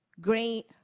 great